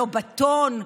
לא בטון,